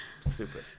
stupid